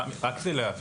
תמי, רק כדי להבהיר.